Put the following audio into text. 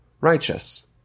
righteous